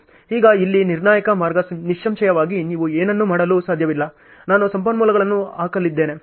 ಈಗ ಇಲ್ಲಿ ನಿರ್ಣಾಯಕ ಮಾರ್ಗ ನಿಸ್ಸಂಶಯವಾಗಿ ನೀವು ಏನನ್ನೂ ಮಾಡಲು ಸಾಧ್ಯವಿಲ್ಲ ನಾನು ಸಂಪನ್ಮೂಲಗಳನ್ನು ಹಾಕಲಿದ್ದೇನೆ